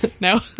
no